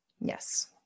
Yes